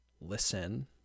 listen